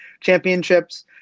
championships